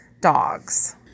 dogs